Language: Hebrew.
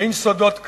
אין סודות כאן.